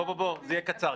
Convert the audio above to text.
בואו, זה יהיה קצר.